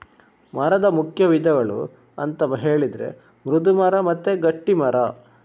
ಮರದ ಮುಖ್ಯ ವಿಧಗಳು ಅಂತ ಹೇಳಿದ್ರೆ ಮೃದು ಮರ ಮತ್ತೆ ಗಟ್ಟಿ ಮರ